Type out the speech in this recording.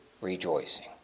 rejoicing